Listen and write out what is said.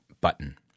button